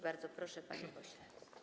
Bardzo proszę, panie pośle.